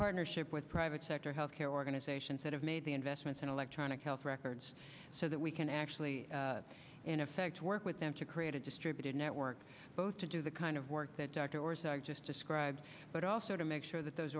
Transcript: partnership with private sector healthcare organizations that have made the investments in electronic health records so that we can actually in effect work with them to create a distributed network both to do the kind of work that doctors are just described but also to make sure that those